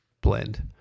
Blend